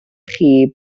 chi